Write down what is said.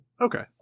Okay